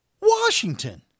Washington